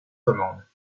commandes